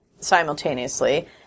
simultaneously